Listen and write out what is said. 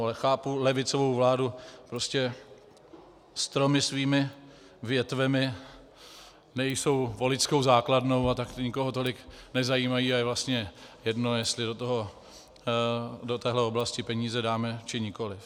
Ale chápu levicovou vládu, prostě stromy svými větvemi nejsou voličskou základnou, a tak nikoho tolik nezajímají a je vlastně jedno, jestli do této oblasti peníze dáme, či nikoliv.